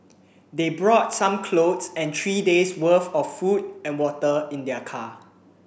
they brought some clothes and three days' worth of food and water in their car